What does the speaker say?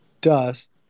dust